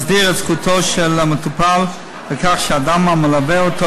מסדיר את זכותו של מטופל שאדם המלווה אותו,